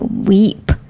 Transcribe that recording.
weep